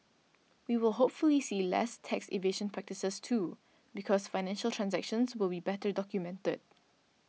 we will hopefully see less tax evasion practices too because financial transactions will be better documented